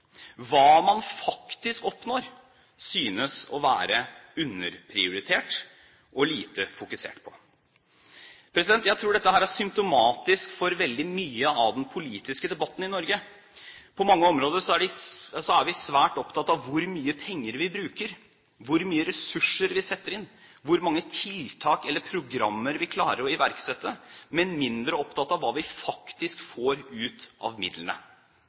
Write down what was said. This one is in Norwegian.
Hva man faktisk oppnår, synes å være underprioritert og lite fokusert på. Jeg tror dette er symptomatisk for veldig mye av den politiske debatten i Norge. På mange områder er vi svært opptatt av hvor mye penger vi bruker, hvor mye ressurser vi setter inn, hvor mange tiltak eller programmer vi klarer å iverksette, men vi er mindre opptatt av hva vi faktisk får ut av midlene.